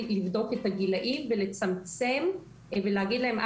לבדוק את הגילאים ולצמצם ולהגיד להם,